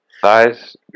Size